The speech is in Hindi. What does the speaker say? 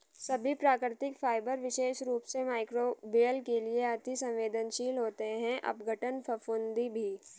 सभी प्राकृतिक फाइबर विशेष रूप से मइक्रोबियल के लिए अति सवेंदनशील होते हैं अपघटन, फफूंदी भी